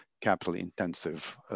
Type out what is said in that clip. capital-intensive